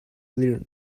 learn